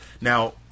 Now